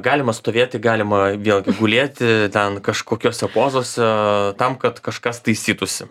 galima stovėti galima vėl gulėti ten kažkokiose pozose tam kad kažkas taisytųsi